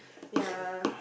ya